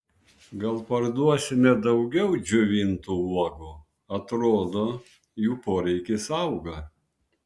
gal parduosime daugiau džiovintų uogų atrodo jų poreikis auga